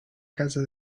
casa